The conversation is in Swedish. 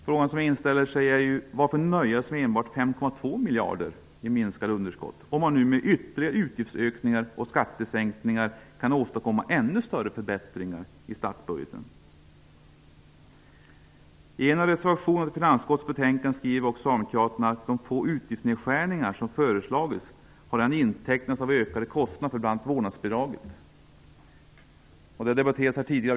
Frågan som inställer sig är: Varför nöja sig med endast 5,2 miljarder i minskat underskott, om man nu med ytterligare utgiftsökningar och skattesänkningar kan åstadkomma ännu större förbättringar i statsbudgeten? I en av reservationerna till finansutskottets betänkande skriver socialdemokraterna att ''de få utgiftsnedskärningar som föreslagits har redan intecknats av ökade kostnader för bl.a. Persson och Lars Leijonborg tidigare.